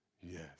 yes